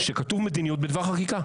שכתוב מדיניות בדבר חקיקה,